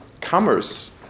commerce